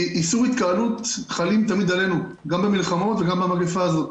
כי איסור התקהלות חלים תמיד עלינו גם במלחמות וגם במגפה הזאת.